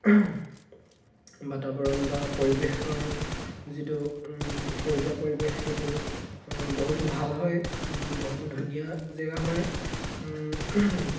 বাতাৱৰণ বা পৰিৱেশৰ যিটো সেউজীয়া পৰিৱেশ সেইটো বহুতো ভাল হয় বহুতো ধুনীয়া জেগা হয়